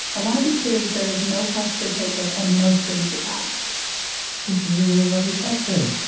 i want to be clear that there is no pressure to take it and no strings attached this is a really lovely question.